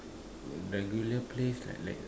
regular place like